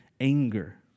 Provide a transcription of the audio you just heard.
anger